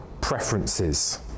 preferences